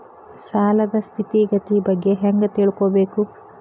ಸಾಲದ್ ಸ್ಥಿತಿಗತಿ ಬಗ್ಗೆ ಹೆಂಗ್ ತಿಳ್ಕೊಬೇಕು?